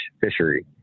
fishery